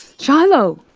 shiloh!